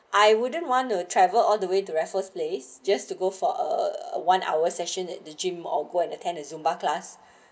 I wouldn't want to travel all the way to raffles place just to go for uh a one hour session in the gym or go and attend the zumba class